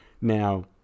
now